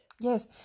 yes